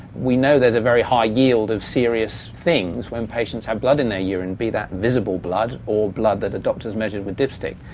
we know there's a very high yield of serious things when patients have blood in their urine, be that visible blood or blood that the doctor has measured with a dip stick.